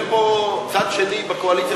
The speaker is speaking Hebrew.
אין פה צד שני בקואליציה,